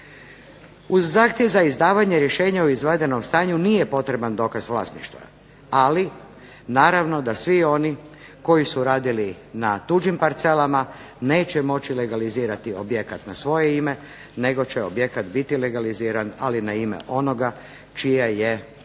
Uz zahtjev za izdavanje rješenja o izvedenom stanju nije potreban dokaz vlasništva, ali naravno da svi oni koji su radili na tuđim parcelama neće moći legalizirati objekt na svoje ime nego će objekt biti legaliziran ali na ime onoga čije je samo